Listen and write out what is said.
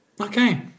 Okay